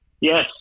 Yes